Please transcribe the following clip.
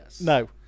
No